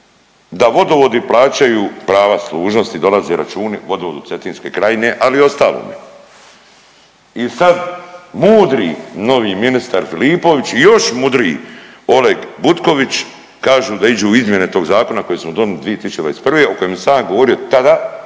da vodovodi plaćaju prava služnosti dolaze računi vodovodu Cetinske krajine, ali i ostalo. I sad mudri novi ministar Filipović i još mudriji Oleg Butković kažu da iđu u izmjene tog zakona kojeg smo donili 2021. o kome sam ja govorio tada